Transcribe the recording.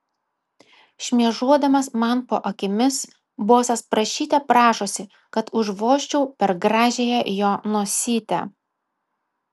šmėžuodamas man po akimis bosas prašyte prašosi kad užvožčiau per gražiąją jo nosytę